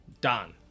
done